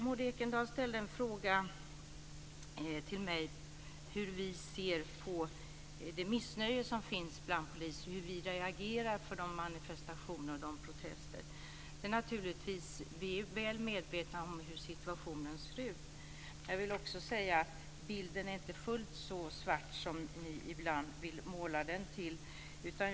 Maud Ekendahl ställde en fråga till mig om hur vi ser på det missnöje som finns bland polisen och hur vi reagerar på manifestationerna och protesterna. Vi är naturligtvis väl medvetna om hur situationen ser ut, men jag vill också säga att bilden inte är fullt så svart som ni ibland vill måla den.